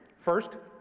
first,